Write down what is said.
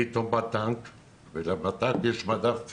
פתאום בא טנק ובטנק יש מדף,